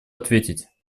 ответить